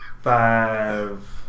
Five